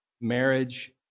Marriage